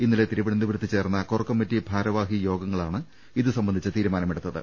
ഇന്നലെ തിരുവനന്തപുരത്ത് ചേർന്ന കോർ കമ്മിറ്റി ഭാരവാഹി യോഗങ്ങളാണ് ഇതുസംബന്ധിച്ച തീരുമാനമെടുത്തത്